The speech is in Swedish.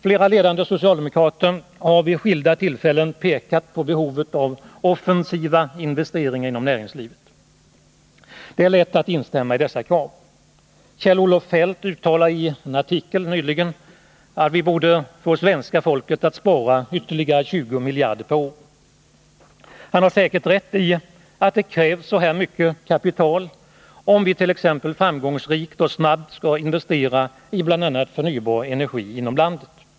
Flera ledande socialdemokrater har vid skilda tillfällen pekat på behovet av offensiva investeringar inom näringslivet. Det är lätt att instämma i dessa krav. Kjell-Olof Feldt uttalade i en artikel nyligen att vi borde få svenska folket att spara ytterligare 20 miljarder per år. Han har säkert rätt i att det krävs så här mycket kapital, om vi t.ex. framgångsrikt och snabbt skall investera i bl.a. förnybar energi inom landet.